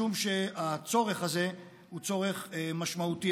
משום שהצורך הזה הוא צורך משמעותי.